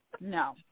no